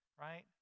right